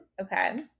Okay